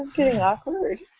getting yeah awkward.